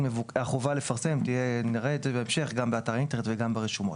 יש חובה לפרסם; אנחנו נראה את זה בהמשך גם באתר האינטרנט וגם ברשומות.